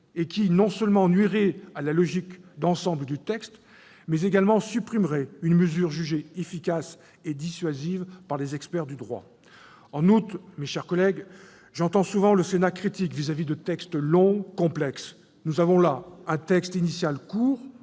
qui, non seulement nuirait à la logique d'ensemble du texte, mais supprimerait également une mesure jugée efficace et dissuasive par les experts du droit. En outre, mes chers collègues, j'entends souvent un Sénat critique à l'égard des textes longs et complexes. Or nous avons là un texte initial court,